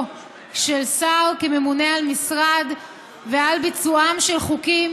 של שר כממונה על משרד ועל ביצועם של חוקים,